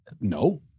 No